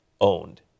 owned